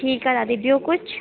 ठीकु आहे दादी ॿियो कुझु